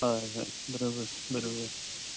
हय हय बरोबर बरोबर